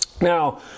Now